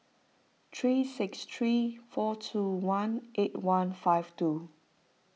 three six three four two one eight one five two